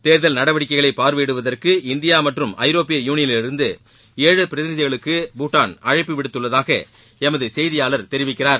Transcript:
தேர்தல் நடவடிக்கைகளை பார்வையிடுவதற்கு இந்தியா மற்றும் ஐரோப்பிய யூனியனிலிருந்து ஏழு பிரதிநிதிகளுக்கு பூட்டான் அழைப்பு விடுத்துள்ளதாக எமது செய்தியாளர் தெரிவிக்கிறார்